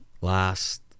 last